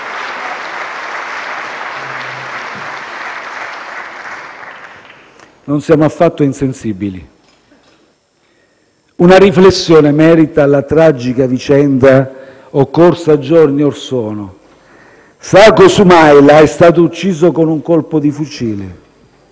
Non siamo affatto insensibili. Una riflessione merita questa tragica vicenda, occorsa giorni orsono: Sacko Soumaila è stato ucciso con un colpo di fucile.